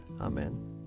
Amen